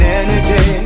energy